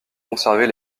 conserver